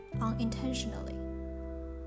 unintentionally